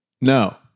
No